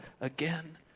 again